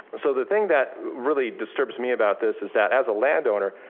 so the thing that really disturbs me about this is that as a land owner,